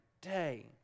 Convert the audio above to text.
day